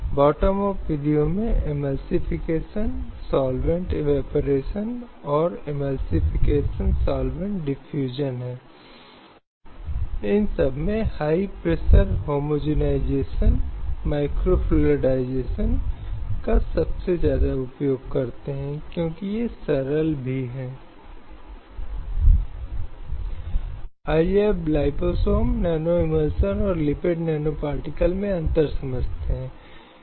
slide समय देखें 1722 इसके बावजूद यदि कोई देखता है तो मौजूदा स्थिति का पता चलता है जैसा कि हमने भारतीय समाज में महिलाओं की स्थिति के पिछले व्याख्यानों में आंकड़ों के माध्यम से बताया है एक पाता है कि यहां तक कि अनुच्छेद 21 के बावजूद जो जीवन और मानव की गरिमा की गारंटी देता है यहां तक कि ऐसी गारंटी के बावजूद कम महिला आबादी के संबंध में एक खतरनाक तथ्य है